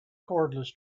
cordless